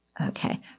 Okay